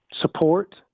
support